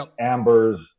ambers